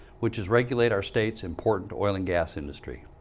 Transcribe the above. which is regulate our state's important oil and gas industry.